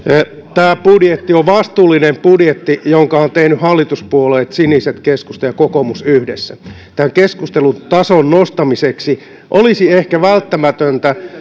tämä budjetti on vastuullinen budjetti jonka ovat tehneet hallituspuolueet siniset keskusta ja kokoomus yhdessä tämän keskustelun tason nostamiseksi olisi ehkä välttämätöntä